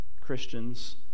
Christians